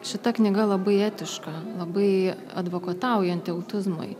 šita knyga labai etiška labai advokataujanti autizmui